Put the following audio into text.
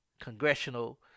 congressional